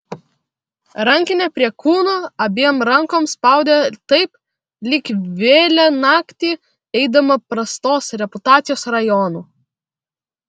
rankinę prie kūno abiem rankom spaudė taip lyg vėlią naktį eidama prastos reputacijos rajonu